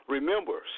Remember